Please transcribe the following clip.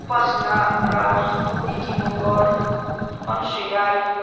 Upasana Rai Nikki Magar Anushree Rai